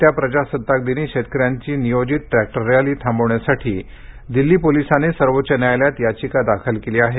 येत्या प्रजासत्ताक दिनी शेतकऱ्यांची नियोजित ट्रॅक्टर रॅली थांबवण्यासाठी दिल्ली पोलीसांनी सर्वोच्च न्यायालयात याचिका दाखल केली आहे